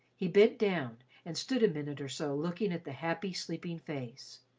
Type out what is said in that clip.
he bent down and stood a minute or so looking at the happy, sleeping face.